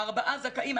ארבעה זכאים,